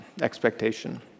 expectation